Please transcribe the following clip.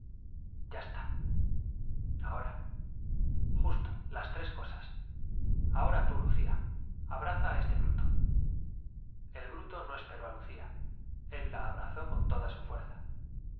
ya está ahora justo las tres cosas ahora tú lucía abraza á este bruto el bruto no esperé á lucía él la abrazó con tod su fuerza